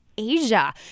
Asia